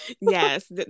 yes